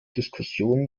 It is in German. diskussionen